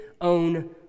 own